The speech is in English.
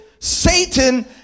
satan